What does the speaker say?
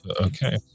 okay